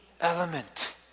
element